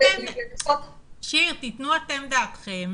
תנו אתם דעתכם.